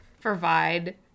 Provide